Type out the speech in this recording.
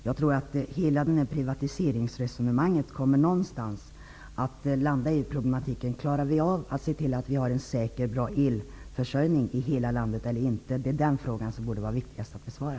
Jag tror att hela privatiseringsresonemanget kommer att landa i problematiken: Klarar vi av att se till att vi har en bra och säker elförsörjning i hela landet? Den frågan borde vara viktigast att besvara.